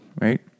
right